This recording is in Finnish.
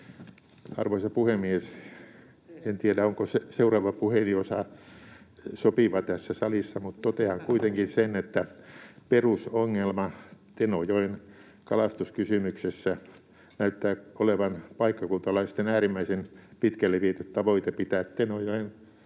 Arvoisa puhemies! En tiedä, onko puheeni seuraava osa sopiva tässä salissa, mutta totean kuitenkin sen, että perusongelma Tenojoen kalastuskysymyksessä näyttää olevan paikkakuntalaisten äärimmäisen pitkälle viety tavoite pitää Tenojoen lohet itsellään